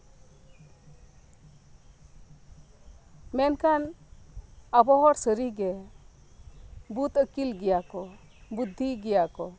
ᱢᱮᱱᱠᱷᱟᱱ ᱟᱵᱚ ᱦᱚᱲ ᱥᱟᱹᱨᱤ ᱜᱮ ᱵᱩᱫ ᱟᱹᱠᱤᱞ ᱜᱮᱭᱟ ᱠᱚ ᱵᱩᱫᱽᱫᱷᱤ ᱜᱮᱭᱟ ᱠᱚ